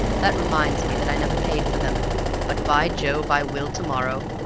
that reminds me that i never paid for them but, by jove, i will to-morrow,